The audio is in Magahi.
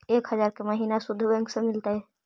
एक हजार के महिना शुद्ध बैंक से मिल तय?